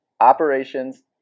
operations